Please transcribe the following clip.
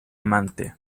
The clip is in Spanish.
amante